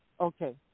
Okay